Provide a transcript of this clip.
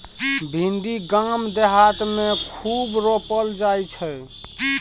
भिंडी गाम देहात मे खूब रोपल जाई छै